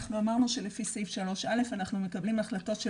אנחנו אמרו שזה שלפי סעיף 3(א) אנחנו מקבלים החלטות של